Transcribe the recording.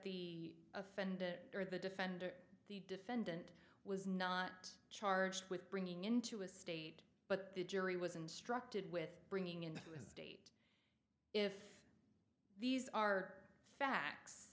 the offended or the defendant the defendant was not charged with bringing into a state but the jury was instructed with bringing in as if these are facts